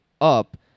up